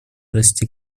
расти